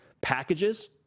packages